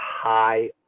high